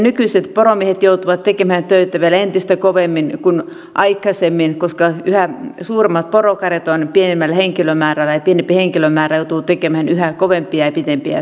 nykyiset poromiehet joutuvat tekemään töitä vielä kovemmin kuin aikaisemmin koska yhä suuremmat porokarjat ovat pienemmällä henkilömäärällä ja pienempi henkilömäärä joutuu tekemään yhä kovempia ja pitempiä työpäiviä